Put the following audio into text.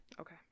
okay